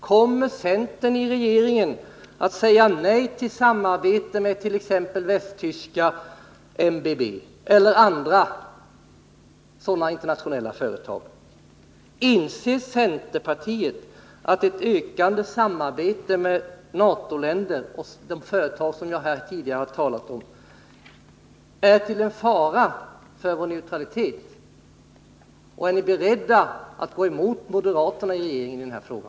Kommer centerpartiet i regeringen att säga nej till samarbete med t.ex. västtyska MBB eller andra sådana internationella företag? Inser centerpartiet att ett ökat samarbete med NATO-länder och de företag som jag tidigare talade om är en fara för vår neutralitet? Är ni beredda att gå emot moderaterna i denna fråga?